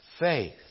Faith